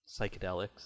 psychedelics